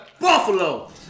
Buffalo